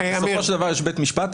בסופו של דבר יש בית משפט.